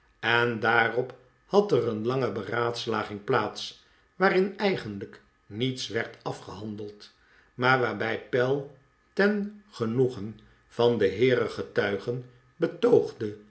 en daarop had er een lange beraadslaging plaats waarin eigenlijk niets werd afgehandeld maar waarbij pell ten genoegen van de heeren getuigen betoogde